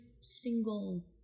single